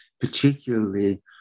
particularly